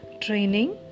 training